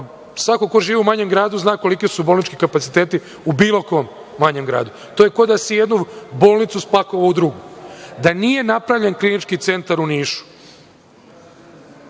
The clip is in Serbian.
Svako ko živi u manjem gradu zna koliki su bolnički kapaciteti u bilo kom manjem gradu. To je kao da si jednu bolnicu spakovao u drugu. Da nije napravljen Klinički centar u Nišu